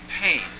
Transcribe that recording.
pain